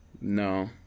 No